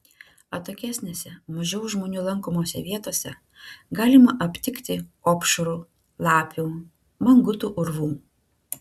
atokesnėse mažiau žmonių lankomose vietose galima aptikti opšrų lapių mangutų urvų